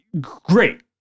great